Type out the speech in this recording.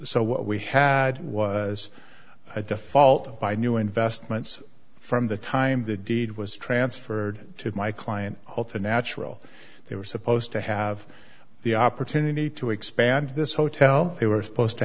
what we had was at the fault by new investments from the time the deed was transferred to my client to natural they were supposed to have the opportunity to expand this hotel they were supposed to